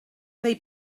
they